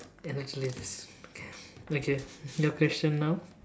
let me clear this okay your question now